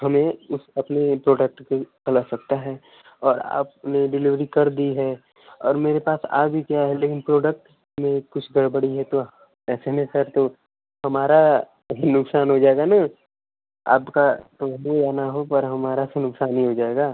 हमें उस अपने प्रोडक्ट के कल आ सकता है और आपने डिलेवरी कर दी है और मेरे पास आ भी गया है लेकिन प्रोडक्ट में कुछ गड़बड़ी है तो ऐसे में सर तो हमारा ही नुक्सान हो जाएगा न आपका तो हो या न हो पर हमारा तो नुक्सान ही हो जाएगा